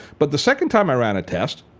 but the second time i ran a test,